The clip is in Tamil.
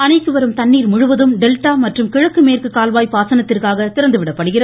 அணைக்கு வரும் தண்ணீர் முழுவதும் டெல்டா மற்றும் கிழக்கு மேற்கு கால்வாய் பாசனத்திற்காக திறந்துவிடப்படுகிறது